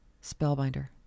Spellbinder